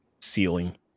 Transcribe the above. Ceiling